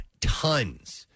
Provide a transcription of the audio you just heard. tons